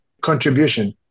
contribution